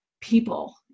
people